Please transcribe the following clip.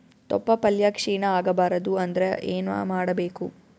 ತೊಪ್ಲಪಲ್ಯ ಕ್ಷೀಣ ಆಗಬಾರದು ಅಂದ್ರ ಏನ ಮಾಡಬೇಕು?